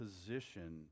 position